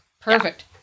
Perfect